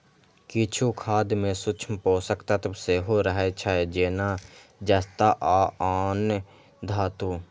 किछु खाद मे सूक्ष्म पोषक तत्व सेहो रहै छै, जेना जस्ता आ आन धातु